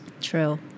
True